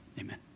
Amen